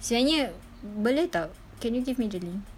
sebenarnya boleh tak can you give me the link